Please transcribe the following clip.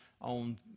on